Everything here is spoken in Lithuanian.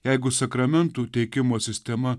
jeigu sakramentų teikimo sistema